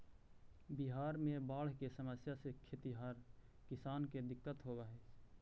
बिहार में बाढ़ के समस्या से खेतिहर किसान के दिक्कत होवऽ हइ